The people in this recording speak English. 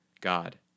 God